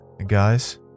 Guys